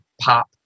pop